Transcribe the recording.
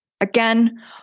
again